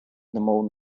немов